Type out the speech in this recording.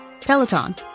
Peloton